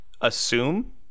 assume